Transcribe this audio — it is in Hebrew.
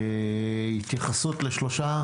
התייחסות לשלושה